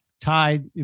tied